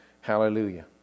Hallelujah